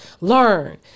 learn